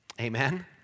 Amen